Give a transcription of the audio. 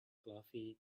fluffy